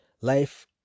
life